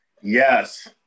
yes